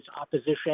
opposition